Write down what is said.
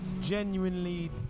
genuinely